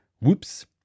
Whoops